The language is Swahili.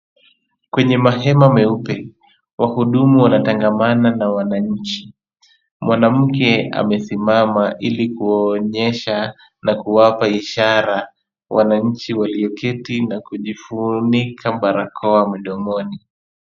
Kwenye mahema meupe wahudumu wanatangamana na wananchi. Mwanamke amesimama ili kuonyesha na kuwapa ishara wananchi walioketi na kujifunika barakoa midomoni.